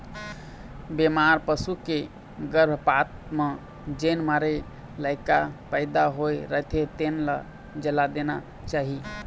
बेमार पसू के गरभपात म जेन मरे लइका पइदा होए रहिथे तेन ल जला देना चाही